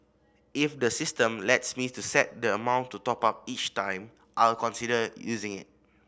if the system lets me to set the amount to top up each time I'll consider using it